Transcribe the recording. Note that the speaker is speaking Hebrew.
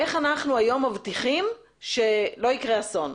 איך אנחנו מבטיחים היום שלא יקרה אסון?